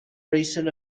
recent